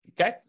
okay